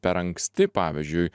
per anksti pavyzdžiui